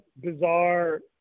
bizarre